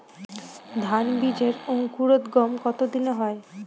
ধান বীজের অঙ্কুরোদগম কত দিনে হয়?